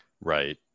Right